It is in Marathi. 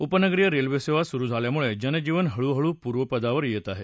उपनगरीय रेल्वे सेवा सुरु झाल्यामुळे जनजीवन हळूहळू पूर्वपदावर येत आहे